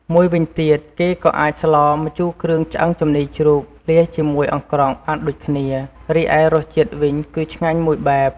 មួយវិញទៀត គេក៏អាចស្លម្ជូរគ្រឿងឆ្អឹងជំនីជ្រូកលាយជាមួយអង្រ្កងបានដូចគ្នា រីឯរសជាតិវិញគឺឆ្ងាញ់មួយបែប។